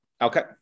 Okay